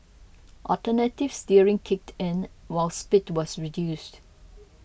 alternative steering kicked in while speed was reduced